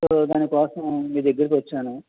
so దానికోసం మీ దగ్గరకి వచ్చాను